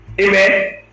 Amen